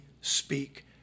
speak